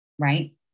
Right